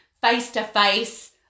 face-to-face